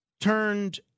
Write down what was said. turned